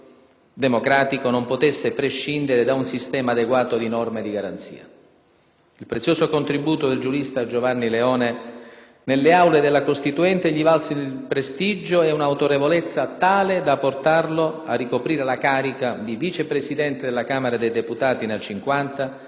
Il prezioso contributo del giurista Giovanni Leone nelle aule della Costituente gli valse il prestigio e un'autorevolezza tale da portarlo a ricoprire la carica di Vice presidente della Camera dei deputati nel 1950